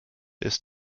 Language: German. ist